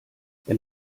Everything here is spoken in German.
wenn